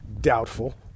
Doubtful